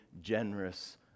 generous